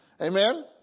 Amen